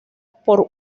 por